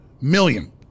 million